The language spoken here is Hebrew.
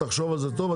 תחשוב על זה טוב,